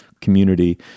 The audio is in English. community